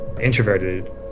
introverted